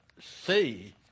see